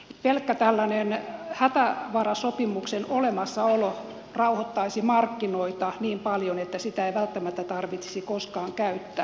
pelkkä tällainen hätävarasopimuksen olemassaolo rauhoittaisi markkinoita niin paljon että sitä ei välttämättä tarvitsisi koskaan käyttää